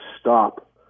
stop